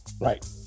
Right